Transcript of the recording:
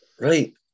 right